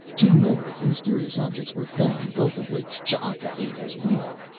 two more of the mysterious objects were found, both of which ch'aka ate as well.